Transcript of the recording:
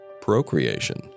procreation